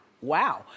wow